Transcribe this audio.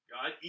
God